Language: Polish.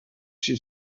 się